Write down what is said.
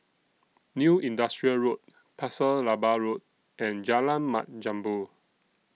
New Industrial Road Pasir Laba Road and Jalan Mat Jambol